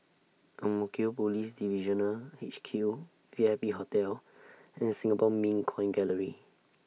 Ang Mo Kio Police Divisional H Q V I P Hotel and Singapore Mint Coin Gallery